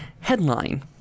headline